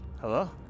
Hello